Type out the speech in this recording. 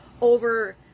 over